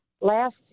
Last